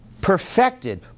perfected